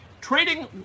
Trading